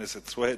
הכנסת סוייד,